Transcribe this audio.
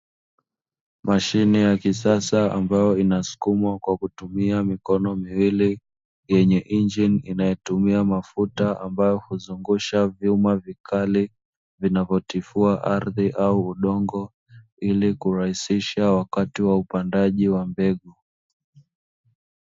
Mashine ya kisasa ambayo inasukumwa kwa kutumia mikono miwili, yenye injini inayotumia mafuta ambayo huzungusha vyuma vikali vinavyotifua ardhi au udongo, ili kurahisisha wakati wa upandaji wa mbegu.